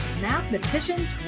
mathematicians